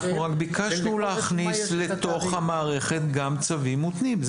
אנחנו רק ביקשנו להכניס לתוך המערכת גם צווים מותנים,